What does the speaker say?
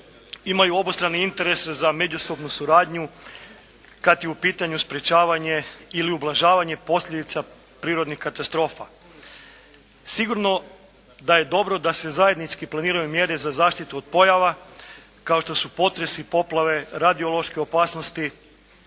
imaju obostrani interes za međusobnu suradnju kad je u pitanju sprječavanje ili ublažavanje posljedica prirodnih katastrofa. Sigurno da je dobro da se zajednički planiraju mjere za zaštitu od pojava, kao što su potresi, poplave, radiološke opasnosti,